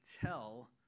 tell